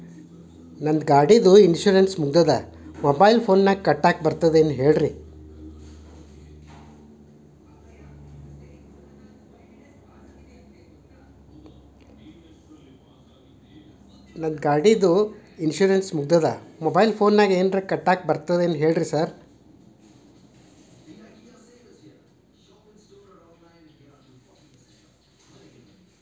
ನಂದ್ ಗಾಡಿದು ಇನ್ಶೂರೆನ್ಸ್ ಮುಗಿದದ ಮೊಬೈಲ್ ಫೋನಿನಾಗ್ ಕಟ್ಟಾಕ್ ಬರ್ತದ ಹೇಳ್ರಿ ಸಾರ್?